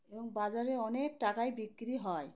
এবং বাজারে অনেক টাকায় বিক্রি হয়